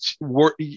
work